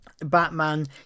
Batman